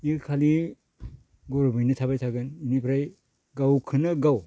इयो खालि गरमैनो थाबाय थागोन इनिफ्राय गावखोनो गाव